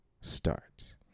starts